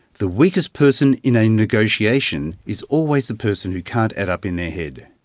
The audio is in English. the weakest person in a negotiation is always the person who can't add up in their head.